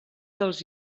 dels